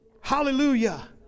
Hallelujah